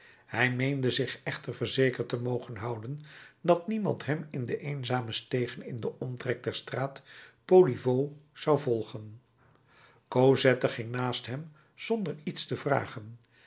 hij meende zich echter verzekerd te mogen houden dat niemand hem in de eenzame stegen in den omtrek der straat poliveau zou volgen cosette ging naast hem zonder iets te vragen